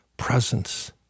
presence